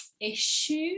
issue